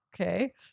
okay